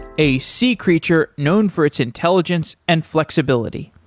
a sea creature known for its intelligence and flexibility.